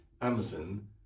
Amazon